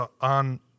on